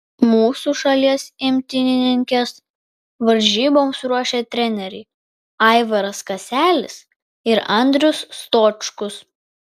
mūsų šalies imtynininkes varžyboms ruošė treneriai aivaras kaselis ir andrius stočkus